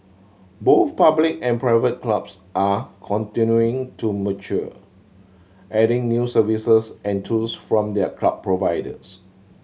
both public and private clubs are continuing to mature adding new services and tools from their club providers